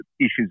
issues